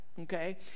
okay